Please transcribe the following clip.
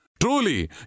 Truly